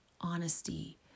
honesty